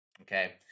okay